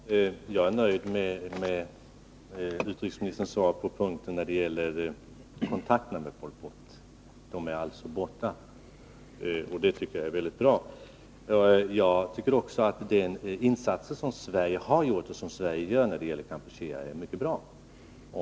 Herr talman! Jag är nöjd med utrikesministerns svar när det gäller kontakterna med Pol Pot-regimen. De är alltså borta, och det tycker jag är mycket bra. Jag tycker också att de biståndsinsatser som Sverige har gjort och gör när det gäller Kampuchea är bra.